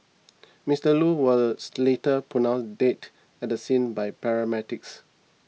Mister Loo was later pronounced dead at the scene by paramedics